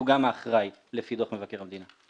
שהוא גם האחראי לפי דוח מבקר המדינה.